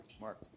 Mark